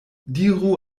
diru